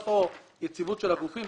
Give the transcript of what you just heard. בקיצור, אתם